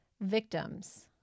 victims